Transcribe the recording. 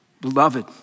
Beloved